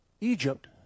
Egypt